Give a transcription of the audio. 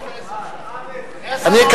עשר פה ועשר שם.